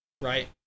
right